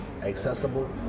accessible